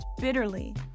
bitterly